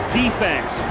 defense